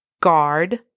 guard